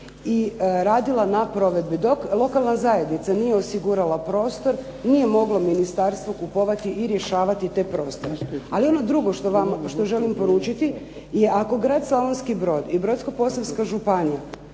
i radila na provedbi. Dok lokalna zajednica nije osigurala prostor nije moglo ministarstvo kupovati i rješavati te prostore. Ali ono drugo što želim poručiti je ako grad Slavonski Brod i Brodsko-posavska županija